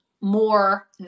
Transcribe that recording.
more